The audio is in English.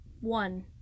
One